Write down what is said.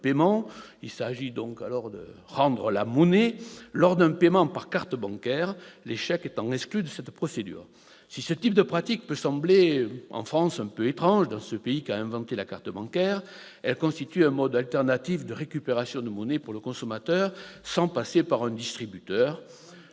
Il s'agit alors de « rendre la monnaie » lors d'un paiement par carte bancaire, les chèques étant exclus de cette procédure. Si ce type de pratique peut sembler étrange en France, pays qui a inventé la carte bancaire, elle constitue un mode alternatif de récupération de monnaie pour le consommateur sans passer par un distributeur.